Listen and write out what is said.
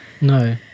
No